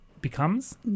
becomes